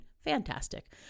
Fantastic